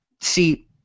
see